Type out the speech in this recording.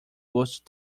gosto